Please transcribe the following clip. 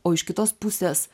o iš kitos pusės